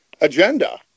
agenda